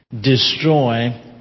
destroy